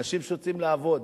אנשים שיוצאים לעבוד.